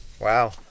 Wow